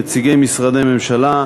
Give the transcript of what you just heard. נציגי משרדי ממשלה,